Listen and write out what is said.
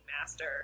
Master